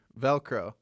Velcro